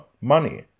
Money